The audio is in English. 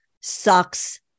sucks